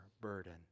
burden